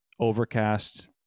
overcast